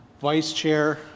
Vice-Chair